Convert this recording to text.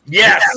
yes